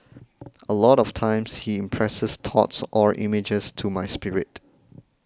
a lot of times he impresses thoughts or images to my spirit